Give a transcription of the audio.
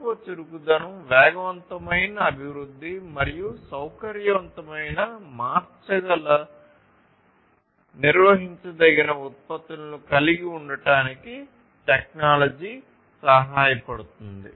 ఎక్కువ చురుకుదనం వేగవంతమైన అభివృద్ధి మరియు సౌకర్యవంతమైన మార్చగల నిర్వహించదగిన ఉత్పత్తులను కలిగి ఉండటానికి టెక్నాలజీ సహాయపడుతుంది